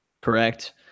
Correct